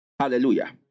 Hallelujah